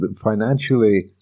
financially